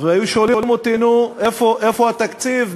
והיו שואלים אותי: נו, איפה התקציב?